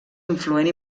influent